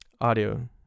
audio